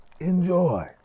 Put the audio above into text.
enjoy